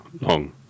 long